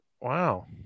wow